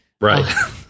Right